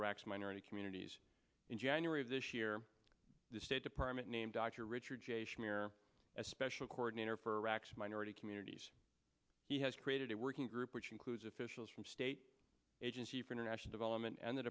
iraq's minority communities in january of this year the state department named dr richard j shamir a special coordinator for racks of minority communities he has created a working group which includes officials from state agency for international development and the